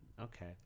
okay